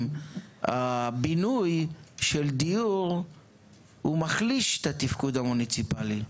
הבינוי של דיור מחליש את התפקוד המוניציפלי.